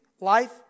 Life